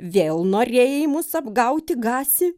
vėl norėjai mus apgauti gasi